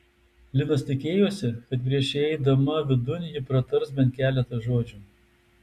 linas tikėjosi kad prieš įeidama vidun ji pratars bent keletą žodžių